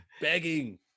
begging